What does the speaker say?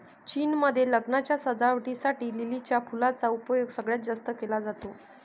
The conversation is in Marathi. चीन मध्ये लग्नाच्या सजावटी साठी लिलीच्या फुलांचा उपयोग सगळ्यात जास्त केला जातो